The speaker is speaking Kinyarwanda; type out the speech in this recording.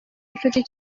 inshuti